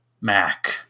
Mac